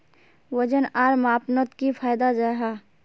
वजन आर मापनोत की फायदा जाहा?